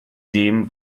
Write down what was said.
dem